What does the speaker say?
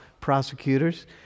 prosecutors